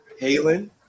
Halen